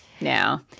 now